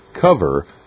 cover